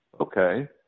okay